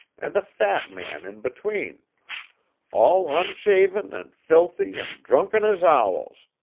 and a fat man in between all unshaven, and filthy, and drunken as owls.